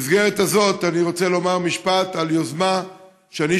במסגרת הזאת אני רוצה לומר משפט על יוזמה שאני